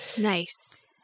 nice